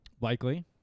likely